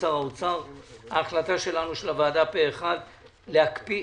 פה אחד ההחלטה התקבלה.